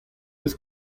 eus